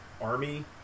Army